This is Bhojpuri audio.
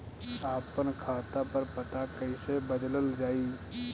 आपन खाता पर पता कईसे बदलल जाई?